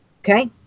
Okay